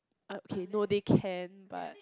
okay no they can but